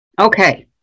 Okay